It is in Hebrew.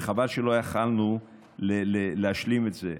וחבל שלא יכולנו להשלים את זה.